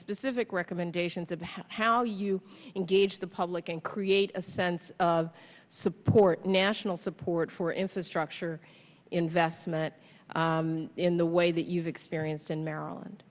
specifically recommendations of how you engage the public and create a sense of support national support for instance structure investment in the way that you've experienced in maryland